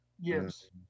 Yes